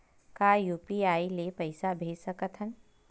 का यू.पी.आई ले पईसा भेज सकत हन?